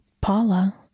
Paula